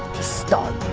start.